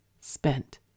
spent